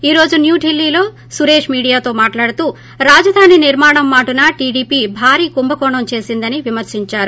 ఈ రోజు న్యూఢిల్లీలో సురేష్ మీడియాతో మాట్లాడుతూ ్ రాజధాని నిర్మాణం మాటున టీడీపీ భారీ భూ కుంభకోణం చేసిందని విమర్పించారు